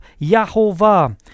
Yahovah